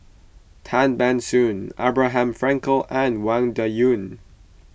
Tan Ban Soon Abraham Frankel and Wang Dayuan